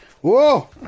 whoa